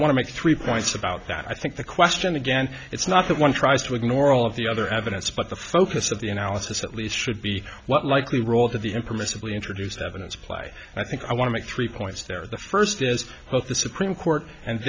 want to make three points about that i think the question again it's not the one tries to ignore all of the other evidence but the focus of the analysis at least should be what likely role to the impermissibly introduced evidence apply i think i want to make three points there the first is what the supreme court and